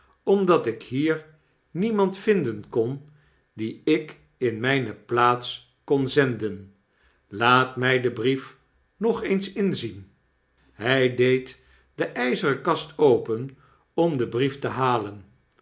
omdat ik hier niemand vinden kon dien ik in mijne plaats kon zenden laat my den brief nog eens inzien hij deed de yzeren kast open om den brief te halen